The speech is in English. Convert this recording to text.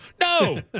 No